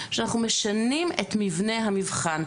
שאנחנו משנים את מבנה המבחן.